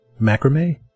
Macrame